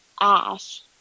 Ash